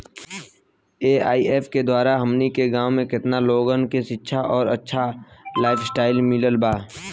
AIF के द्वारा हमनी के गांव में केतना लोगन के शिक्षा और अच्छा लाइफस्टाइल मिलल बा